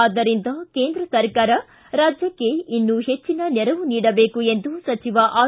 ಆದ್ದರಿಂದ ಕೇಂದ್ರ ಸರಕಾರ ರಾಜ್ಯಕ್ಕೆ ಇನ್ನೂ ಹೆಚ್ಚಿನ ನೆರವು ನೀಡಬೇಕು ಎಂದು ಸಚಿವ ಆರ್